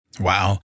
Wow